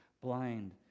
blind